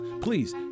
Please